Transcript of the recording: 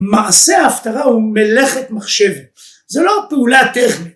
מעשה ההפטרה הוא מלאכת מחשבת, זה לא פעולה טכנית